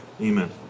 Amen